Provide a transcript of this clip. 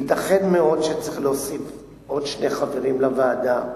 ייתכן מאוד שצריך להוסיף שני חברים לוועדה.